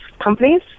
companies